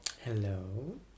Hello